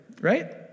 right